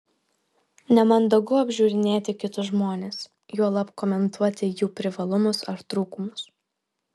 nemandagu apžiūrinėti kitus žmones juolab komentuoti jų privalumus ar trūkumus